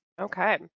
okay